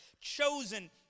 chosen